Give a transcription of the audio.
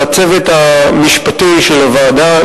לצוות המשפטי של הוועדה.